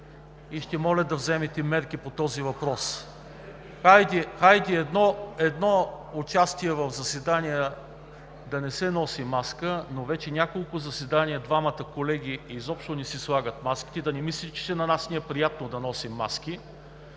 и ще помоля да вземете мерки по този въпрос. Хайде, при едно участие в заседание да не се носи маска, но вече няколко заседания двамата колеги изобщо не си слагат маските. Да не мислите, че на нас ни е приятно да носим маски?!